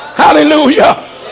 hallelujah